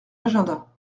agenda